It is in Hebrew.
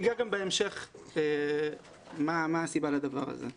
בהמשך אני אגע לסיבה לדבר הזה.